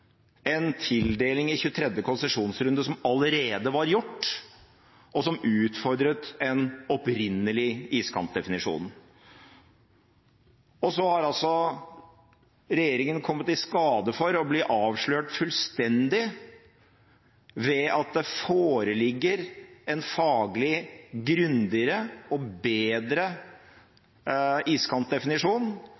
en tildeling i 23. konsesjonsrunde som allerede var gjort, og som utfordret en opprinnelig iskantdefinisjon. Og så har altså regjeringen kommet i skade for å bli avslørt fullstendig ved at det foreligger en faglig grundigere og bedre iskantdefinisjon,